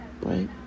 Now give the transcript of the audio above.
right